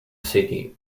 city